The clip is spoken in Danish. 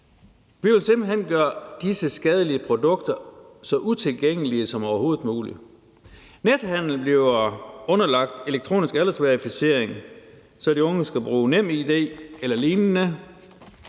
Vi vil simpelt hen gøre disse skadelige produkter så utilgængelige som overhovedet muligt. Nethandel bliver underlagt elektronisk aldersverificering, så de unge skal bruge NemID eller lignende.